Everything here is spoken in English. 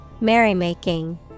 merrymaking